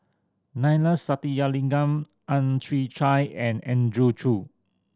Neila Sathyalingam Ang Chwee Chai and Andrew Chew